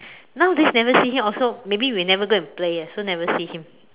nowadays never see him also maybe because we never go and play so never see him